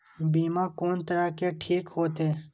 बीमा कोन तरह के ठीक होते?